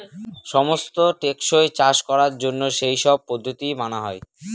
সমস্ত টেকসই চাষ করার জন্য সেই সব পদ্ধতি মানা হয়